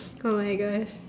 oh-my-Gosh